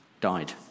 died